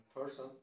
person